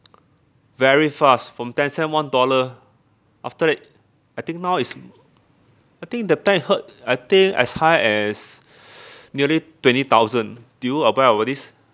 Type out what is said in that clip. very fast from ten cent one dollar after that I think now is I think that time I heard I think as high as nearly twenty thousand do you aware about this